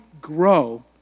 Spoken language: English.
grow